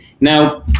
Now